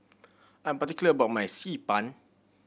I'm particular about my Xi Ban